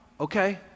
okay